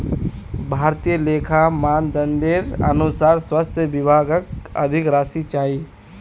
भारतीय लेखा मानदंडेर अनुसार स्वास्थ विभागक अधिक राशि चाहिए